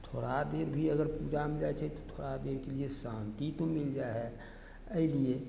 थोड़ा देर भी अगर पूजामे जाइ छियै तऽ थोड़ा देरके लिए शान्ति तऽ मिल जाइ है अइलिये